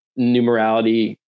Numerality